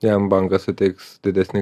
jam bankas suteiks didesnį